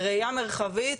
ראייה מרחבית,